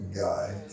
guy